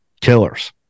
killers